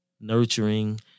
nurturing